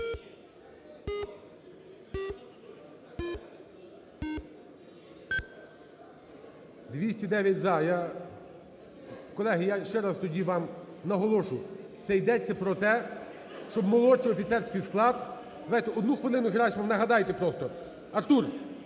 За-209 Я, колеги, я ще раз тоді вам наголошу, це йдеться про те, щоб молодший офіцерський склад... Давайте одну хвилину, Герасимов, вам нагадайте просто. Артур,